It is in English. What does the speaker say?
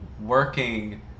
working